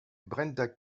brenda